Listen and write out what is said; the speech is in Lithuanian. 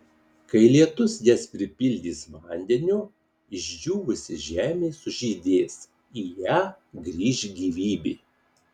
kai lietus jas pripildys vandeniu išdžiūvusi žemė sužydės į ją grįš gyvybė